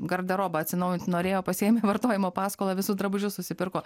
garderobą atsinaujint norėjo pasiėmė vartojimo paskolą visus drabužius susipirko